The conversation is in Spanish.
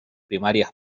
primarias